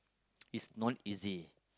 it's non easy